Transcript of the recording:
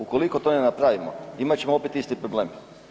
Ukoliko to ne napravimo imat ćemo opet isti problem.